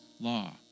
law